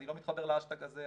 'אני לא מתחבר להאשטאג הזה',